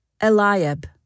Eliab